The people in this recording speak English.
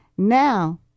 Now